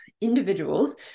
individuals